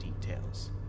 details